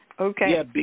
Okay